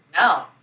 No